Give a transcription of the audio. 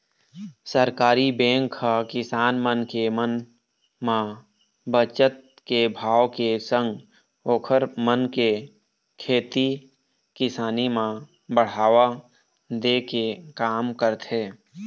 सहकारी बेंक ह किसान मन के मन म बचत के भाव के संग ओखर मन के खेती किसानी म बढ़ावा दे के काम करथे